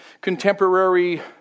contemporary